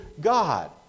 God